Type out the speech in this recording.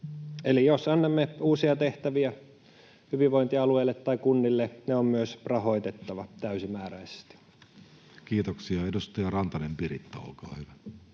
Eli jos annamme uusia tehtäviä hyvinvointialueille tai kunnille, ne on myös rahoitettava täysimääräisesti. Kiitoksia. — Edustaja Rantanen, Piritta, olkaa hyvä.